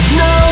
no